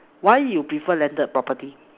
why you prefer landed property